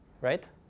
right